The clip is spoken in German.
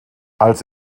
als